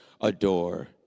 adore